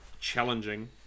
challenging